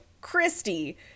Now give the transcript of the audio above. Christy